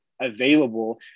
available